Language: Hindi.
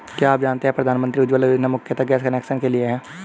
क्या आप जानते है प्रधानमंत्री उज्ज्वला योजना मुख्यतः गैस कनेक्शन के लिए है?